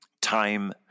time